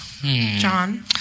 John